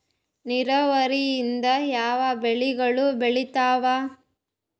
ನಿರಾವರಿಯಿಂದ ಯಾವ ಬೆಳೆಗಳು ಹಾಳಾತ್ತಾವ?